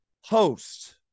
host